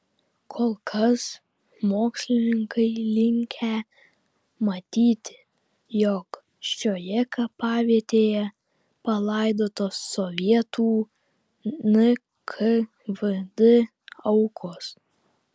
kol kas mokslininkai linkę matyti jog šioje kapavietėje palaidotos sovietų nkvd aukos